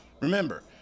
Remember